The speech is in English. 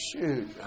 shoot